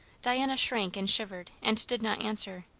diana shrank and shivered and did not answer.